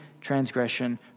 transgression